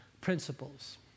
principles